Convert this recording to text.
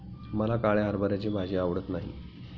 मला काळ्या हरभऱ्याची भाजी आवडत नाही